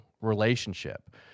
relationship